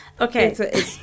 Okay